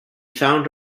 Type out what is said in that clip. found